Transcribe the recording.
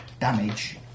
damage